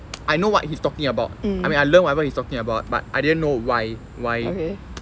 I know what he's talking about I mean I learn whatever you talking about but I didn't know why why